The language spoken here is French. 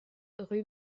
rue